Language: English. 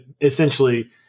essentially